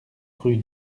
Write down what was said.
rue